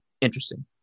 Interesting